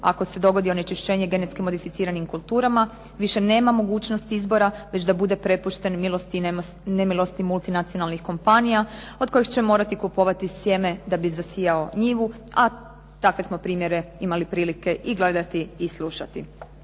ako se dogodi onečišćenje genetski modificiranim kulturama više nema mogućnost izbora već da bude prepušten milosti i nemilosti multinacionalnih kompanija, od kojih će morati kupovati sjeme da bi zasijao njivu, a takve smo primjere imali prilike i gledati i slušati.